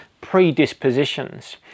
predispositions